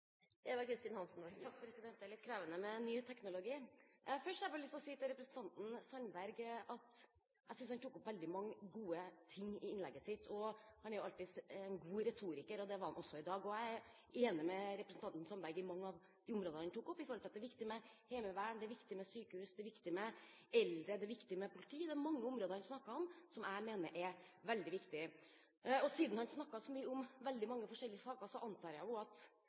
er litt krevende med ny teknologi. Først har jeg bare lyst til å si til representanten Sandberg at jeg synes han tok opp veldig mange gode ting i innlegget sitt. Han er jo alltid en god retoriker, og det var han også i dag. Jeg er enig med representanten Sandberg i mange av de områdene han tok opp: Det er viktig med heimevern, det er viktig med sykehus, det er viktig med eldre, og det er viktig med politi. Det er mange områder han snakker om, som jeg mener er veldig viktige. Siden han snakket så mye om veldig mange forskjellige saker, antar jeg jo at Fremskrittspartiet og Sandberg har lyst til å bruke penger på disse områdene, helt åpenbart, og at